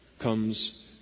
comes